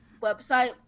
website